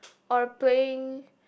or playing